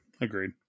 agreed